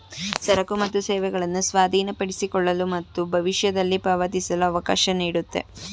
ಸರಕು ಮತ್ತು ಸೇವೆಗಳನ್ನು ಸ್ವಾಧೀನಪಡಿಸಿಕೊಳ್ಳಲು ಮತ್ತು ಭವಿಷ್ಯದಲ್ಲಿ ಪಾವತಿಸಲು ಅವಕಾಶ ನೀಡುತ್ತೆ